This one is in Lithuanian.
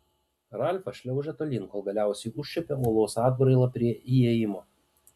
ralfas šliaužė tolyn kol galiausiai užčiuopė uolos atbrailą prie įėjimo